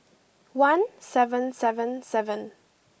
one seven seven seven